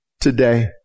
today